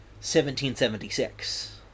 1776